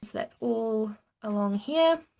that's all along here.